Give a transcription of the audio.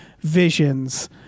visions